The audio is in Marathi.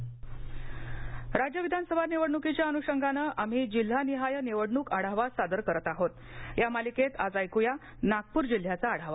इंटो निवडणक आढावा राज्य विधानसभा निवडणूकीच्या अनुशंगानं आम्ही जिल्हा निहाय निवडणूक आढावा सादर करीत आहोत या मालिक्वी आज ऐक्या नागपूर जिल्ह्याचा आढावा